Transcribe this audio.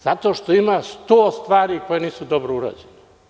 Zato što ima 100 stvari koje nisu dobro urađene.